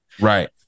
Right